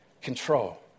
control